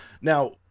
Now